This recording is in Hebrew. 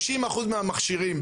30% מהמכשירים,